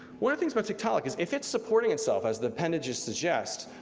one of things about tiktaalik, is if it's supporting itself as the appendanges suggest,